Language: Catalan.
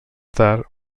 tard